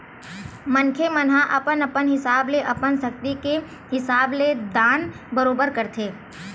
मनखे मन ह अपन अपन हिसाब ले अपन सक्ति के हिसाब ले दान बरोबर करथे